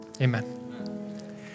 Amen